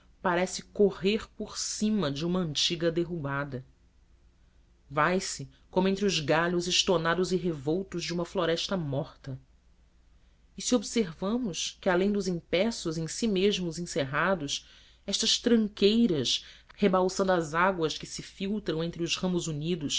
parece correr por cima de uma antiga derrubada vai-se como entre os galhos estonados e revoltos de uma floresta morta e se observarmos que além dos empeços em si mesmas encerrados estas tranqueiras rebalsando as águas que se filtram entre os ramos unidos